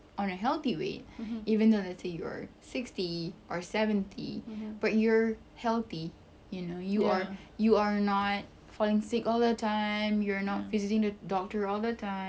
on a healthy weight even though let's say you're sixty or seventy but you're healthy you know you are you are not falling sick all the time you're not visiting the doctor all the time